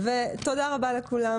תודה רבה לך גברתי.